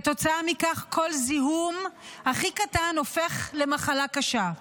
כתוצאה מכך כל זיהום הכי קטן הופך למחלה קשה.